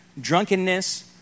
drunkenness